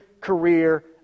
career